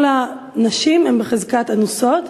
כל הנשים הן בחזקת אנוסות,